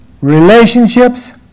relationships